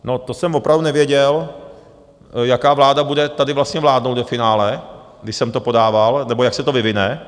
No to jsem opravdu nevěděl, jaká vláda bude tady vlastně vládnout ve finále, když jsem to podával, nebo jak se to vyvine.